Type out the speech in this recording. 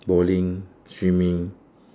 bowling swimming